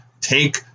take